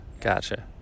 gotcha